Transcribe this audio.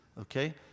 Okay